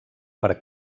per